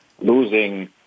losing